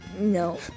No